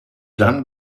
dann